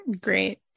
Great